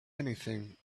anything